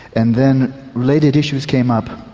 and then latent issues came up,